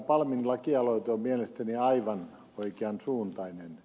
palmin lakialoite on mielestäni aivan oikeansuuntainen